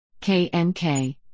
KNK